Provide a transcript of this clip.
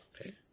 Okay